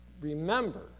remember